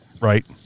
right